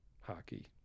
hockey